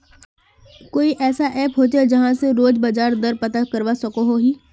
कोई ऐसा ऐप होचे जहा से रोज बाजार दर पता करवा सकोहो ही?